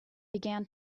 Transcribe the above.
began